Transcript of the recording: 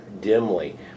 dimly